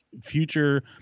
future